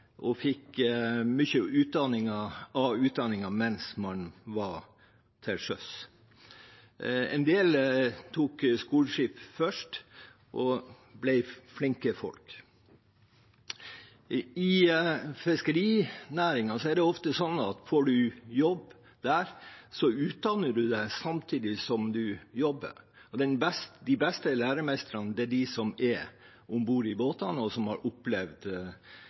og fikk mye av utdanningen mens man var til sjøs. En del var på skoleskip først og ble flinke folk. I fiskerinæringen er det ofte sånn at får man jobb der, utdanner man seg samtidig som man jobber. De beste læremestrene er de som er om bord i båtene, og som har opplevd